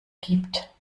gibt